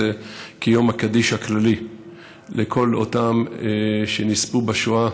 כיום הקדיש הכללי לכל אותם שנספו בשואה